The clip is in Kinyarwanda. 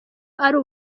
ari